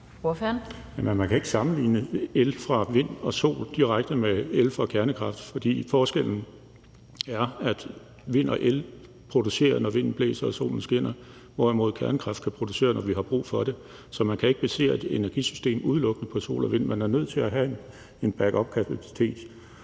man kan ikke sammenligne el fra vindenergi og solenergi direkte med el fra kernekraft, for forskellen er, at el fra vindenergi produceres, når vinden blæser, og el fra solenergi produceres, når solen skinner, hvorimod kernekraft kan producere, når vi har brug for det. Så man kan ikke basere et energisystem udelukkende på sol- og vindenergi. Man er nødt til at have en back up-kapacitet,